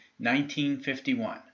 1951